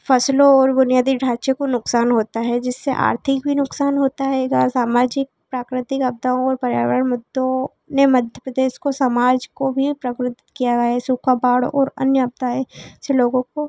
फसलों और बुनियादी ढ़ाचों को नुकसान होता है जिससे आर्थिक नुकसान होता रहेगा और सामाजिक प्राकृतिक आपदाओं और पर्यावरण मुद्दों ने मध्य प्रदेश को समाज को भी प्रभावित किया है सूखा बाढ़ और अन्य आपदाएँ से लोगों को